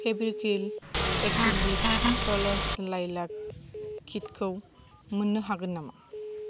Fevicryl acrylic colours लायलाक किटखौ मोननो हागोन नामा